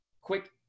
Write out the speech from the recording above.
Quick